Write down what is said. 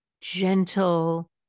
gentle